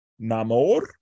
Namor